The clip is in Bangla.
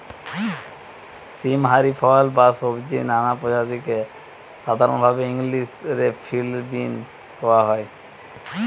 সীম হারি ফল বা সব্জির নানা প্রজাতিকে সাধরণভাবি ইংলিশ রে ফিল্ড বীন কওয়া হয়